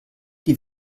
die